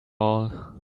all